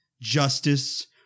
justice